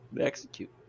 execute